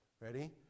Ready